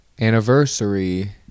Anniversary